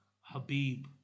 Habib